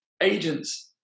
agent's